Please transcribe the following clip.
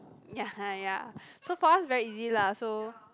ya ya so for us very easy lah so